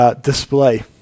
display